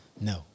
No